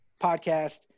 podcast